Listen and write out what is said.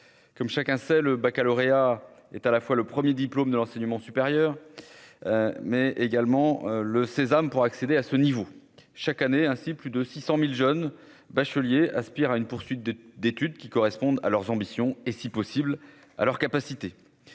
comme chacun sait, le Baccalauréat est à la fois le 1er, diplôme de l'enseignement supérieur, mais également le sésame pour accéder à ce niveau, chaque année, ainsi plus de 600000 jeunes bacheliers aspirent à une poursuite de d'étude qui correspondent à leurs ambitions et si possible à leur capacité,